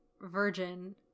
virgin